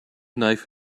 knife